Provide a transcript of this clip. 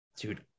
dude